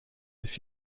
its